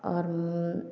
और